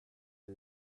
har